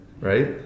Right